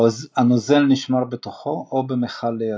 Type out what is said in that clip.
הנוזל נשמר בתוכו או במכל לידו.